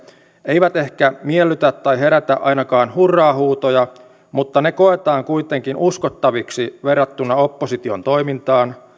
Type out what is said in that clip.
eivät ehkä miellytä tai herätä ainakaan hurraa huutoja mutta ne koetaan kuitenkin uskottaviksi verrattuna opposition toimintaan